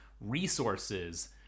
resources